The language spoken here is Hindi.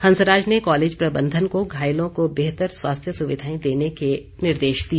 हंसराज ने कॉलेज प्रबंधन को घायलों को बेहतर स्वास्थ्य सुविधाएं देने के निर्देश दिए